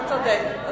אתה צודק.